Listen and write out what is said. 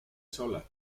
sola